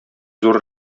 зур